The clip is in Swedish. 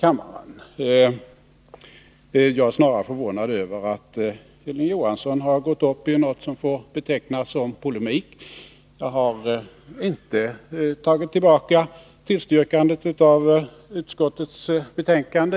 kammaren. Jag är snarare förvånad över att Hilding Johansson gått upp i något som får betecknas som polemik. Jag har inte tagit tillbaka tillstyrkandet av utskottsförslaget.